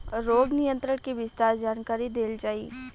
रोग नियंत्रण के विस्तार जानकरी देल जाई?